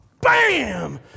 bam